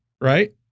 right